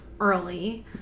early